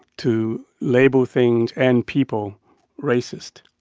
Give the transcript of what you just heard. to label things and people racist,